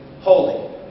holy